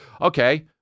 okay